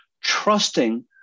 trusting